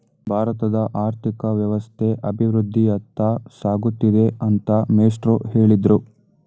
ಭಾರತದ ಆರ್ಥಿಕ ವ್ಯವಸ್ಥೆ ಅಭಿವೃದ್ಧಿಯತ್ತ ಸಾಗುತ್ತಿದೆ ಅಂತ ಮೇಷ್ಟ್ರು ಹೇಳಿದ್ರು